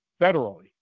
federally